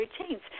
routines